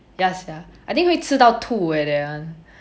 ya sia I think 会吃到吐 eh that one